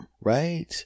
right